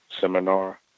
seminar